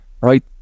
right